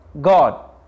God